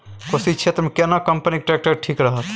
कोशी क्षेत्र मे केना कंपनी के ट्रैक्टर ठीक रहत?